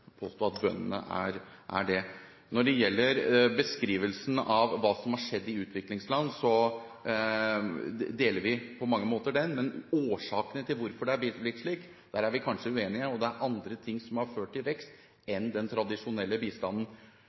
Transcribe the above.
påstå at bøndene er det. Når det gjelder beskrivelsen av hva som har skjedd i utviklingsland, deler vi på mange måter den. Men årsakene til at det har blitt slik, er vi kanskje uenige om. Det er andre ting som har ført til vekst, enn den tradisjonelle bistanden.